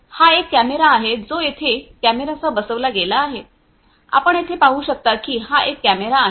हा एक कॅमेरा आहे जो येथे कॅमेरासह बसविला गेला आहे आपण येथे पाहू शकता की हा एक कॅमेरा आहे